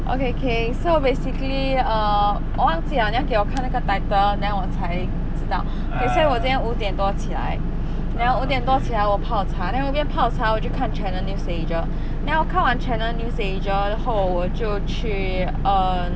okay K so basically err 我忘记了你要给我看那个 title then 我才知道 okay 像我今天五点多起来 then 五点多我起来我泡茶 then 我一边泡茶我就看 Channel NewsAsia then 我看完 Channel NewsAsia 后我就去 err mm